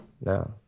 no